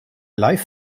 live